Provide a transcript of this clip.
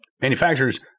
manufacturers